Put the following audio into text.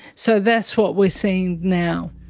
so that's what we're seeing now.